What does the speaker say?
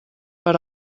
per